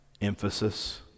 emphasis